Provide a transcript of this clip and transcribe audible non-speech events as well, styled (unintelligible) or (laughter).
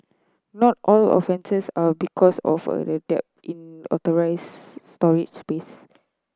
not all offences are because of a (unintelligible) in authorised storage pace